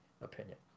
opinion